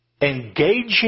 engaging